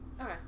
Okay